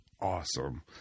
awesome